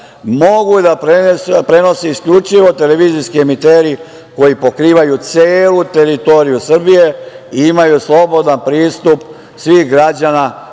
mogu da prenose isključivo televizijski emiteri koji pokrivaju celu teritoriju Srbije i imaju slobodan pristup svih građana